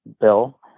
bill